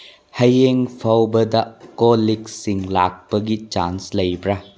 ꯍꯌꯦꯡ ꯐꯥꯎꯕꯗ ꯀꯣꯜ ꯂꯤꯛꯁꯤꯡ ꯂꯥꯛꯄꯒꯤ ꯆꯥꯟꯁ ꯂꯩꯕ꯭ꯔ